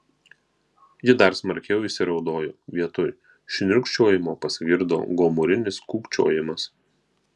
ji dar smarkiau įsiraudojo vietoj šniurkščiojimo pasigirdo gomurinis kūkčiojimas